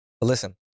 listen